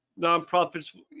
nonprofits